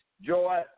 joy